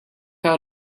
out